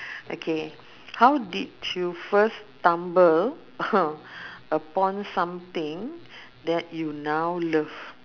okay how did you first stumble upon something that you now love